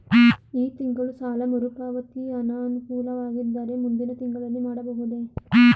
ಈ ತಿಂಗಳು ಸಾಲ ಮರುಪಾವತಿ ಅನಾನುಕೂಲವಾಗಿದ್ದರೆ ಮುಂದಿನ ತಿಂಗಳಲ್ಲಿ ಮಾಡಬಹುದೇ?